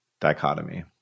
dichotomy